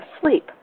Sleep